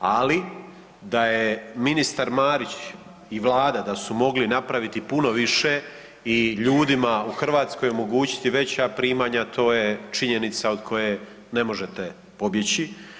Ali, da je ministar Marić i Vlada da su mogli napraviti puno više i ljudima u Hrvatskoj omogućiti veća primanja, to je činjenica od koje ne možete pobjeći.